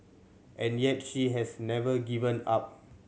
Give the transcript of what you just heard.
and yet she has never given up